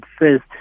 first